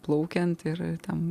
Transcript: plaukiant ir ten